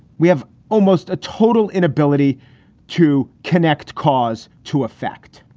we have almost a total inability to connect cause to effect.